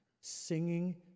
singing